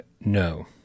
No